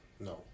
No